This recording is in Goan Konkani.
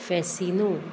फेसिनो